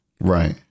Right